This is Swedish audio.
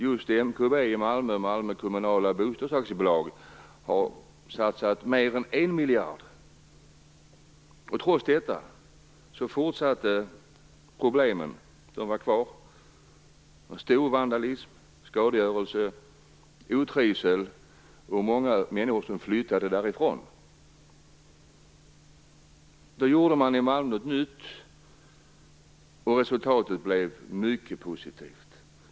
Just Malmö Kommunala Bostadsaktiebolag har satsat mer än en miljard. Trots detta fortsatte problemen med vandalism, skadegörelse och otrivsel. Det var många människor som flyttade därifrån. Man gjorde då något nytt i Malmö. Resultatet blev mycket positivt.